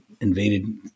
invaded